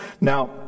Now